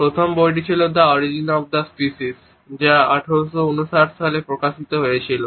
প্রথম বইটি ছিল on the origin of a species যা 1859 সালে প্রকাশিত হয়েছিল